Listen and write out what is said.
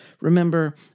Remember